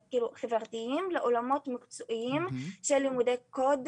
וחברתיים לבין עולמות מקצועיים של לימודי קוד,